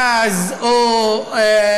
שהיו אלה עם אלה,